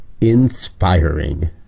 inspiring